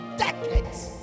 decades